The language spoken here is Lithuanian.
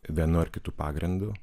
vienu ar kitu pagrindu